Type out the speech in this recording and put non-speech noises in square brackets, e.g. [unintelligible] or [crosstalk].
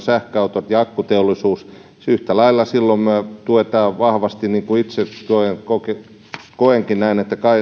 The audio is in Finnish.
[unintelligible] sähköautot ja akkuteollisuus tulevat nopeasti markkinoille yhtä lailla silloin me tuemme vahvasti niin kuin itse myös koen että